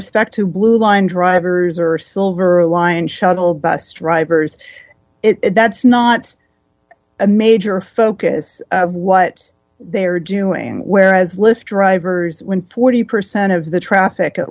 respect to blue line drivers or silver aligned shuttle bus drivers it that's not a major focus of what they are doing whereas lift drivers when forty percent of the traffic at